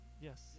Yes